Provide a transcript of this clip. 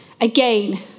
Again